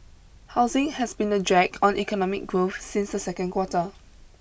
housing has been a drag on economic growth since the second quarter